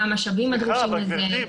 מה המשאבים הדרושים לזה,